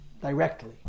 directly